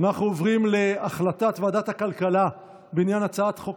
על רצונה להחיל דין רציפות על הצעת חוק